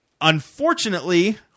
unfortunately